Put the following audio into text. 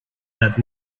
that